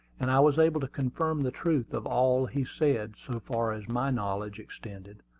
and i was able to confirm the truth of all he said, so far as my knowledge extended,